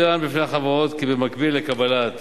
צוין בפני החברות כי במקביל לקבלת